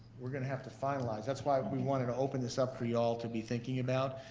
we're gonna have to finalize. that's why we wanted to open this up for y'all to be thinking about,